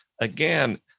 again